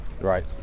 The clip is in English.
Right